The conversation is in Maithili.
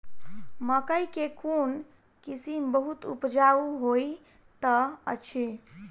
मकई केँ कोण किसिम बहुत उपजाउ होए तऽ अछि?